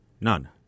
None